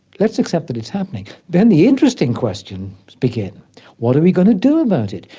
let's accept that it's happening, then the interesting questions begin what are we going to do about it?